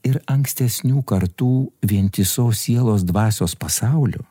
ir ankstesnių kartų vientisos sielos dvasios pasaulių